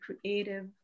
creative